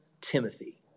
Timothy